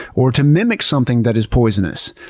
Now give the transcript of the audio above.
or to mimic something that is poisonous.